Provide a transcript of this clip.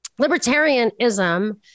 libertarianism